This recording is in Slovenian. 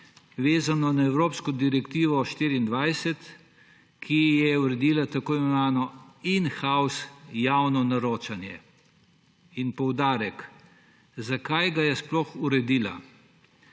vezano na evropsko direktivo 24, ki je uredila tako imenovano »in house« javno naročanje. Poudarek: zakaj ga je sploh uredila?